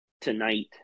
tonight